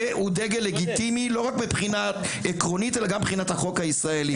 והוא דגל לגיטימי לא רק מבחינה עקרונית אלא גם מבחינת החוק הישראלי.